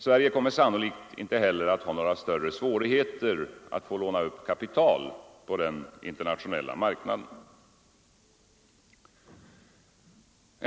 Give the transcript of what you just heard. Sverige kommer sannolikt inte heller att ha några större svårigheter att få låna upp kapital på den internationella marknaden.